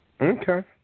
Okay